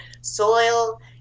Soil